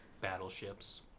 Battleships